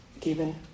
given